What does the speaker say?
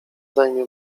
zajmie